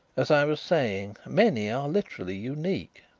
as i was saying, many are literally unique.